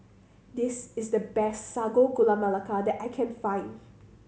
this is the best Sago Gula Melaka that I can find